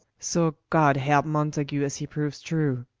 so god helpe mountague, as hee proues true